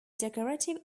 decorative